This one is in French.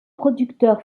producteur